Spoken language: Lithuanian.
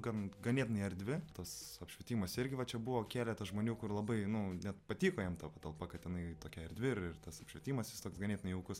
gan ganėtinai erdvi tas apšvietimas irgi va čia buvo keletas žmonių kur labai nu net patiko jiem ta patalpa kad jinai tokia erdvi ir ir tas apšvietimas jis toks ganėtinai jaukus